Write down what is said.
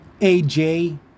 AJ